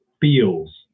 feels